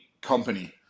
company